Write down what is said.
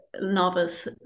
novice